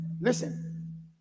Listen